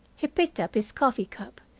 he picked up his coffee-cup,